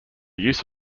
use